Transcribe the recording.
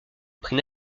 prit